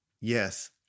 Yes